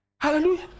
Hallelujah